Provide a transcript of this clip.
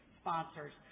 sponsors